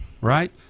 right